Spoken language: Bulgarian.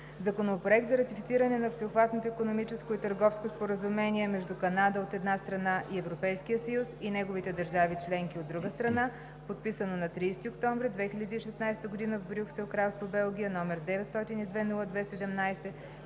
Законопроект за ратифициране на Всеобхватното икономическо и търговско споразумение между Канада, от една страна, и Европейския съюз и неговите държави членки, от друга страна, подписано на 30 октомври 2016 г. в Брюксел, Кралство Белгия, № 902-02-17,